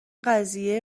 قضیه